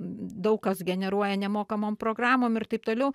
daug kas generuoja nemokamom programom ir taip toliau